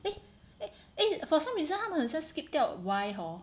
eh eh for some reason 他们很像 skip 掉 Y hor